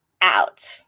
out